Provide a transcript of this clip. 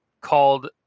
called